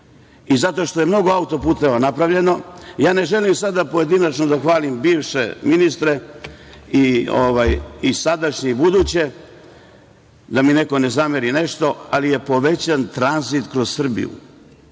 i zato što je mnogo autoputeva napravljeno, ne želim sada pojedinačno da hvalim bivše ministre i sadašnje i buduće, da mi neko ne zameri nešto, ali je povećan tranzit kroz Srbiju,